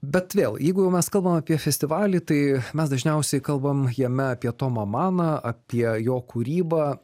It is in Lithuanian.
bet vėl jeigu mes kalbam apie festivalį tai mes dažniausiai kalbam jame apie tomą maną apie jo kūrybą